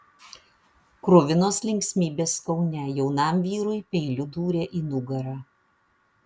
kruvinos linksmybės kaune jaunam vyrui peiliu dūrė į nugarą